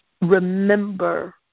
remember